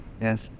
Yes